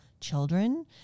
children